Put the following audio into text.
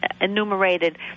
enumerated